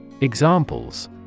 Examples